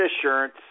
Assurance